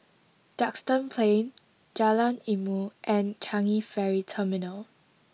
Duxton Plain Jalan Ilmu and Changi Ferry Terminal